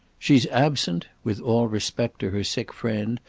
she's absent with all respect to her sick friend,